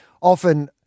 Often